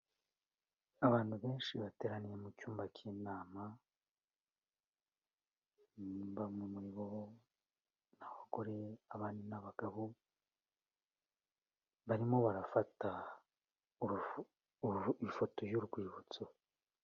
Abantu benshi bateraniye mu cyumba cy'inama, bamwe mu muri bo ni abagore abandi ni abagabo, barimo barafata ifoto y'urwibutso.